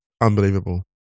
unbelievable